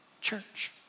church